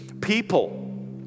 People